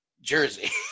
jersey